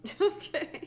Okay